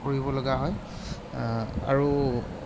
কৰিব লগা হয় আৰু